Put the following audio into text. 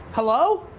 hello?